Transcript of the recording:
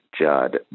Judd